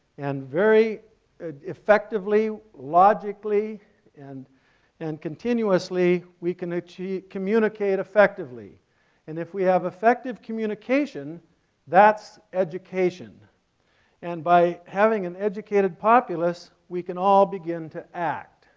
and very effectively, logically and and continuously we can ah communicate effectively and if we have effective communication that's education and by having an educated populous we can all begin to act.